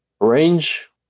Range